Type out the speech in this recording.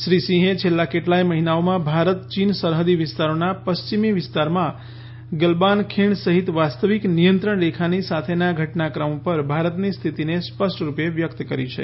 શ્રી સિંહે છેલ્લા કેટલાય મહિનાઓમાં ભારત ચીન સરહદી વિસ્તારોના પશ્ચિમી વિસ્તારમાં ગૈલબાન ખીણ સહિત વાસ્તવિક નિયંત્રણ રેખાની સાથેના ઘટનાક્રમ ઉપર ભારતની સ્થિતિને સ્પષ્ટરૂપે વ્યક્ત કરી છે